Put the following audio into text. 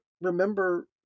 remember